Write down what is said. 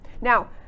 Now